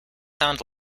sound